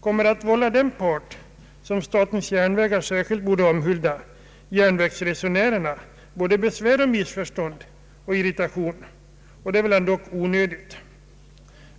kommer att vålla den part som statens järnvägar särskilt borde omhulda — järnvägsresenärerna — såväl besvär, missförstånd som irritation. Det är ändå onödigt.